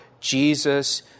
Jesus